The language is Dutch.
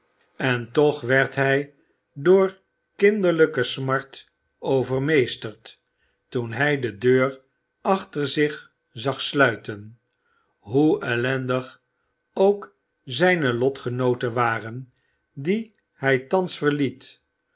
en toch werd hij door kinderlijke smart overmeesterd toen hij de deur achter zich zag sluiten hoe ellendig ook zijne lotgenooten waren die hij thans verliet